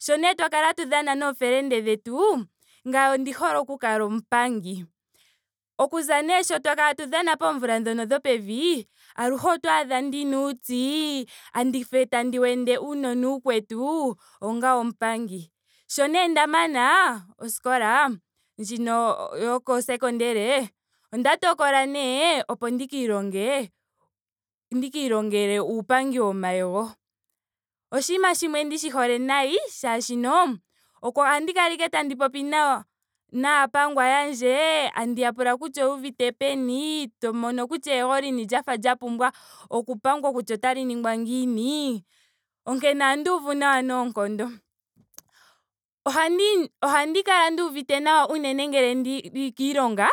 Sho nee twa taka hatu dhana noofelende dhetu. ngame ondi hole oku kala omupangi. Okuza nee sho twa kala tatu dhana okuza poomvula dhono dhopevi aluhe oto adha ndina uuti. ndafa tandi wende uunona uukwetu onga omupangi. Sho nee nda mana oskola. ndjino yoko sekondele onda tokola nee opo ndika ilonge ndika ilongele uupangi womayego. Oshinima shimwe ndishi hole nayi. molwaashoka ohandi kala ashike tandi popi nayo naapanwga yandje. tandi ya pula kutya oyuuvite peni. to mono kuty eyego lini lya pumbwa oku pangwa kutya otali ningwa ngiini. onkene ohandi uvu nawa noonkondo. Ohandi. ohandi kala nduuvite nawa unene ngele ndili kiilonga.